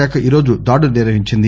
శాఖ ఈరోజు దాడులు నిర్వహించింది